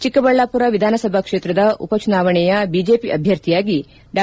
ಚಿಕ್ಕಬಳ್ಳಾಪುರ ವಿಧಾನಸಭಾ ಕ್ಷೇತ್ರದ ಉಪ ಚುನಾವಣೆಯ ಬಿಜೆಪಿ ಅಭ್ಯರ್ಥಿಯಾಗಿ ಡಾ